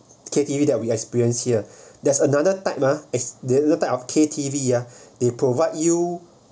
K_T_V that we experience here there's another type ah the type of K_T_V ah they provide you